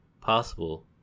possible